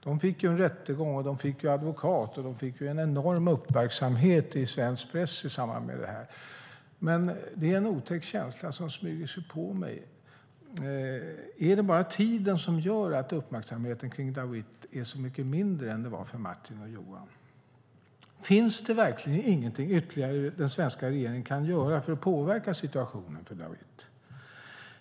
De fick en rättegång, de fick en advokat och de fick en enorm uppmärksamhet i svensk press i samband med detta. Det är en otäck känsla som smyger sig på mig. Är det bara tiden som gör att uppmärksamheten kring Dawit är så mycket mindre än den var kring Martin och Johan? Finns det verkligen ingenting ytterligare som den svenska regeringen kan göra för att påverka situationen för Dawit?